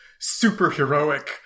superheroic